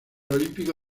olímpico